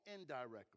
indirectly